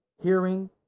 hearing